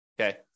Okay